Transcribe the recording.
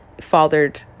fathered